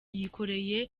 yikoreye